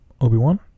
Obi-Wan